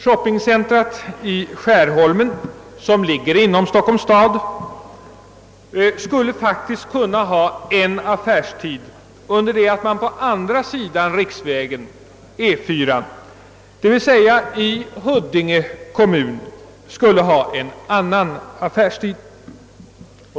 Shoppingcentrum i Skärholmen, som ligger inom Stockholms stad, skulle faktiskt kunna ha en affärstid under det att man på andra sidan E 4, d.v.s. i Huddinge kommun, skulle ha en annan affärstid.